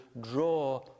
draw